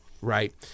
right